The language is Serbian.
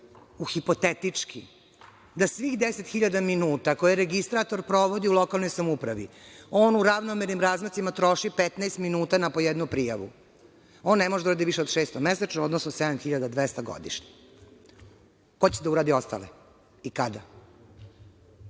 hipotetički da svih 10.000 minuta koje registrator provodi u lokalnoj samoupravi, on u ravnomernim razmacima troši 15 minuta na po jednu prijavu, on ne može uradi više od šest mesečno, odnosno 7.200 godišnje. Ko će da uradi ostale i